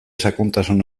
sakontasun